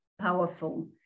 powerful